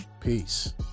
peace